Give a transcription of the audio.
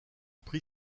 prix